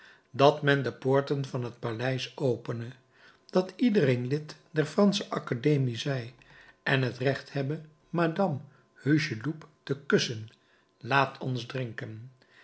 dat men de poorten van het paleis opene dat iedereen lid der fransche academie zij en het recht hebbe madame hucheloup te kussen laat ons drinken